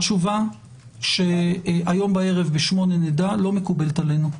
התשובה שהערב ב-20:00 נדע, לא מקובלת עלינו.